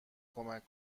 کمک